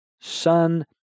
Son